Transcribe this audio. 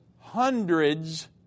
hundreds